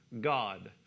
God